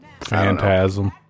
Phantasm